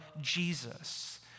Jesus